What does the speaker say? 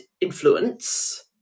influence